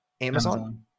Amazon